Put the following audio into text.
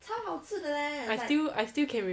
I still I still can